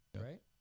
right